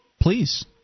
Please